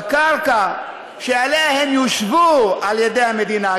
בקרקע שעליה הם יושבו על-ידי המדינה,